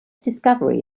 discovery